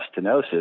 stenosis